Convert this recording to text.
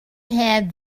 had